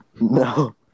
No